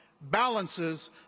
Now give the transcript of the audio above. balances